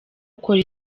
ukora